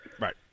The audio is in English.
Right